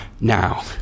now